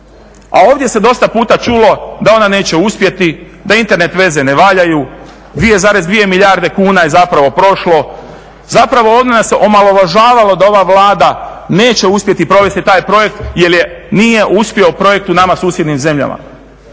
a ovdje se dosta puta čulo da ona neće uspjeti, da Internet veze ne valjaju. 2,2 milijarde kuna je zapravo prošlo. Zapravo ovdje nas se omalovažavalo da ova Vlada neće uspjeti provesti taj projekt jer nije uspio projekt u nama susjednim zemljama.